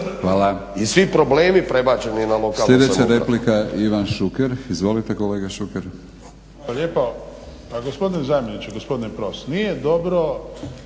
i svi problemi prebačeni na lokalnu samoupravu.